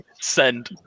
send